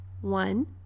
one